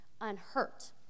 unhurt